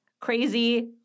crazy